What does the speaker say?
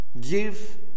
Give